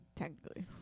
Technically